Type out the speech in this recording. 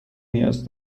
نیاز